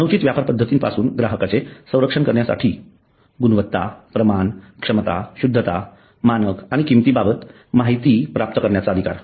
अनुचित व्यापार पद्धती पासून ग्राहकाचे संरक्षण करण्यासाठी गुणवत्ता प्रमाण क्षमता शुद्धता मानक आणि किंमतीबद्दल माहिती प्राप्त करण्याचा अधिकार